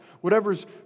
whatever's